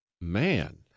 Man